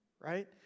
right